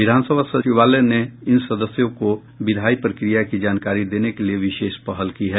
विधानसभा सचिवालय ने इन सदस्यों को विधायी प्रक्रिया की जानकारी देने के लिए विशेष पहल की है